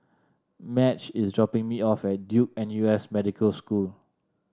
Madge is dropping me off at Duke N U S Medical School